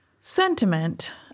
sentiment